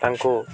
ତାଙ୍କୁ